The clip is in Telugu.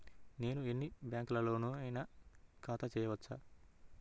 నేను ఎన్ని బ్యాంకులలోనైనా ఖాతా చేయవచ్చా?